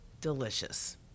delicious